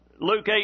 Luke